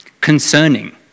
concerning